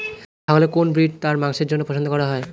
ছাগলের কোন ব্রিড তার মাংসের জন্য পছন্দ করা হয়?